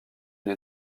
une